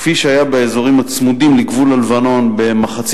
כפי שהיה באזורים הצמודים לגבול הלבנון באמצע